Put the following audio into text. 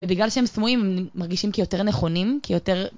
ובגלל שהם סמויים הם מרגישים כיותר נכונים, כיותר...